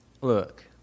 look